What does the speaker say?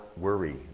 worry